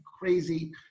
crazy